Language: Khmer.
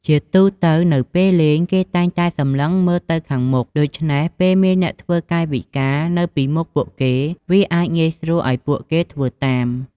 ជាទូទៅ នៅពេលលេង គេតែងតែសម្លឹងមើលទៅខាងមុខ ដូច្នេះ ពេលមានអ្នកធ្វើកាយវិការនៅពីមុខពួកគេ វាអាចងាយស្រួលឱ្យពួកគេធ្វើតាម។